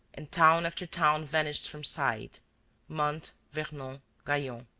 and town after town vanished from sight mantes, vernon, gaillon.